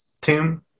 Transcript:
tomb